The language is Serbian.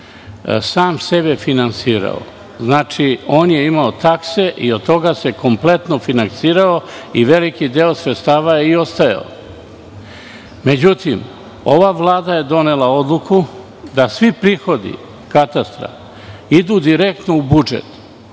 sam sebe finansirao. Znači, imao je takse i od toga se kompletno finansirao i veliki deo sredstava je i ostajao. Međutim, ova vlada je donela odluku da svi prihodi katastra idu direktno u budžet